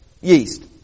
Yeast